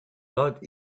lot